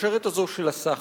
בשרשרת הזו של הסחר.